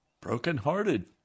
brokenhearted